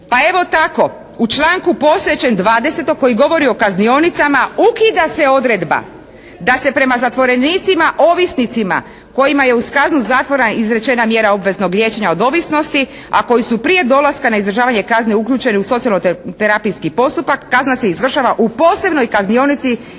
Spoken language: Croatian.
Pa evo tako u članku postojećem 20. koji govori o kaznionicama ukida se odredba da se prema zatvorenicima ovisnicima kojima je uz kaznu zatvora izrečena mjera obveznog liječenja od ovisnosti, a koji su prije dolaska na izdržavanje kazne uključeni u socijalno-terapijski postupak kazna se izvršava u posebnoj kaznionici ili